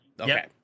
okay